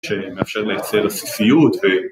‫שמאפשר לייצר עסיסיות.